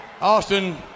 Austin